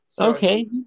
Okay